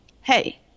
hey